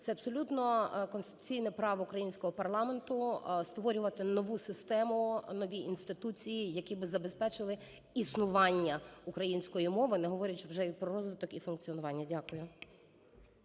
Це абсолютно конституційне право українського парламенту – створювати нову систему, нові інституції, які би забезпечили існування української мови, не говорячи вже і про розвиток, і функціонування. Дякую.